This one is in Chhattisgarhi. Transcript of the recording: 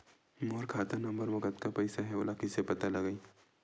मोर खाता नंबर मा कतका पईसा हे ओला कइसे पता लगी?